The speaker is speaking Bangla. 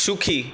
সুখী